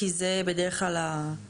כי זה בדרך כלל המודל.